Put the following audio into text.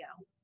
go